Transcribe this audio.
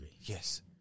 Yes